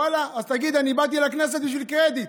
ואללה, אז תגיד, באתי לכנסת בשביל קרדיט.